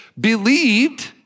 believed